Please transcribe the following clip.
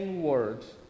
words